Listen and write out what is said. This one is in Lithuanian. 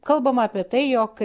kalbama apie tai jog